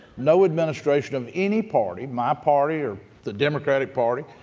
no administration of any party, my party or the democratic party,